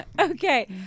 Okay